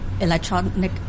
electronic